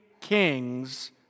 kings